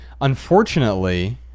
unfortunately